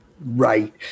right